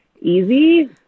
easy